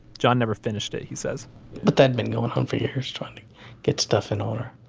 john never finished it, he says but that'd been going on for years, trying to get stuff in order.